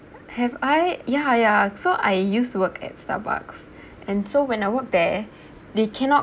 have I ya ya so I used to work at Starbucks and so when I work there they cannot